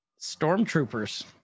stormtroopers